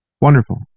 Wonderful